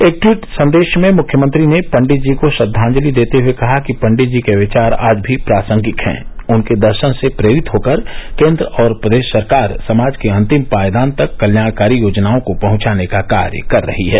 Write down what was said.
एक ट्वीट सन्देश में मुख्यमंत्री ने पंडित जी को श्रद्वांजलि देते हुये कहा कि पंडित जी के विचार आज भी प्रासंगिक है उनके दर्शन से प्रेरित होकर केन्द्र और प्रदेश सरकार समाज के अन्तिम पायदान तक कल्याणकारी योजनाओं को पहुंचाने का कार्य कर रही है